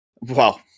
Wow